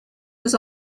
was